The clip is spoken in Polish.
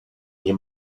nie